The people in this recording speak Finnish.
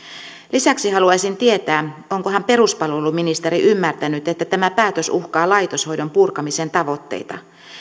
lisäksi haluaisin tietää onkohan peruspalveluministeri ymmärtänyt että tämä päätös uhkaa laitoshoidon purkamisen tavoitteita